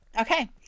okay